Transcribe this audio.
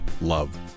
love